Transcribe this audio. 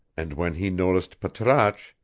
and when he noticed patrasche,